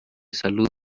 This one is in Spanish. salud